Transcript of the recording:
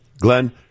Glenn